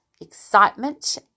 excitement